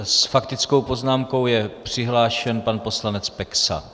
S faktickou poznámkou je přihlášen pan poslanec Peksa.